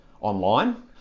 online